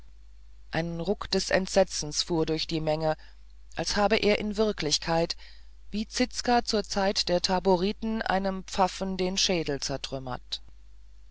ein ruck des entsetzens fuhr durch die menge als habe er in wirklichkeit wie zizka zur zeit der taboriten einem pfaffen den schädel zertrümmert